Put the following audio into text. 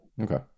Okay